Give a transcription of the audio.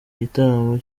igitaramo